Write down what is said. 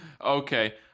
Okay